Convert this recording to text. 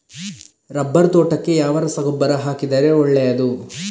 Rubber ತೋಟಕ್ಕೆ ಯಾವ ರಸಗೊಬ್ಬರ ಹಾಕಿದರೆ ಒಳ್ಳೆಯದು?